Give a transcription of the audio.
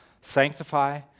sanctify